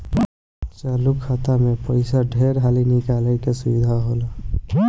चालु खाता मे पइसा ढेर हाली निकाले के सुविधा होला